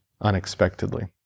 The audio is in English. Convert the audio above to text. unexpectedly